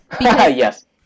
Yes